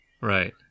Right